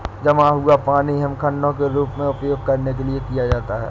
जमा हुआ पानी हिमखंडों के रूप में उपयोग करने के लिए किया जाता है